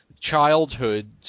childhood